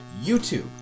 YouTube